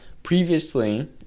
Previously